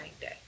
day